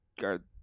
guard